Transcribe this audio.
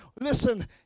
listen